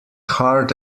hard